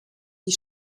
die